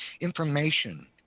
information